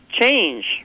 change